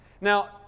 Now